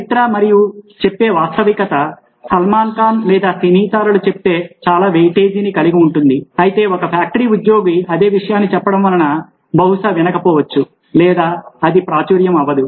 చరిత్ర మరియు చెప్పే వాస్తవికత సల్మాన్ ఖాన్ లేదా సినీ తారలు చెప్తే చాలా వెయిటేజీని కలిగి ఉంటుంది అయితే ఒక ఫ్యాక్టరీ ఉద్యోగి అదే విషయాన్ని చెప్పడం వలన బహుశా వినకపోవచ్చు లేదా అది ప్రాచుర్యము అవ్వదు